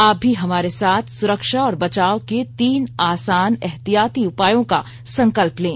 आप भी हमारे साथ सुरक्षा और बचाव के तीन आसान एहतियाती उपायों का संकल्प लें